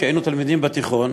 כשהיינו תלמידים בתיכון,